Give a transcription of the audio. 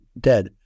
dead